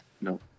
No